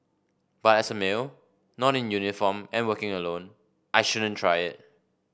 but as a male not in uniform and working alone I shouldn't try it